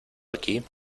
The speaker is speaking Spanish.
aquí